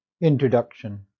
introduction